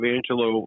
Angelo